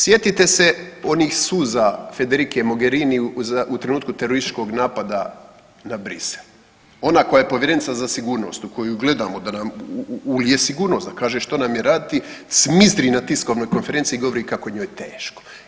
Sjetite se onih suza Federike Mogerinini u trenutku terorističkog napada na Bruxelles, ona koja je povjerenica za sigurnost u koju gledamo da nam ulije sigurnost, da kaže što nam je raditi cmizdri na tiskovnoj konferenciji i govori kako joj je teško.